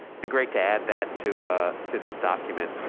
be great to add that to to this document,